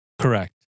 Correct